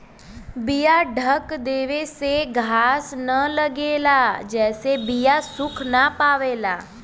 बीया ढक देवे से घाम न लगेला जेसे बीया सुख ना पावला